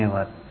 धन्यवाद